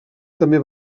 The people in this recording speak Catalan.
també